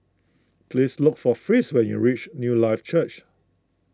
please look for Fritz when you reach Newlife Church